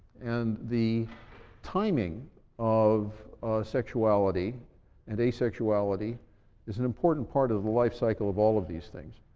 and the timing of sexuality and asexuality is an important part of the lifecycle of all of these things.